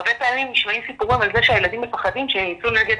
הרבה פעמים נשמעים סיפורים על זה שהילדים מפחדים שיצאו נגד